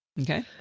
Okay